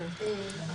בסדר?